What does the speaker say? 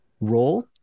role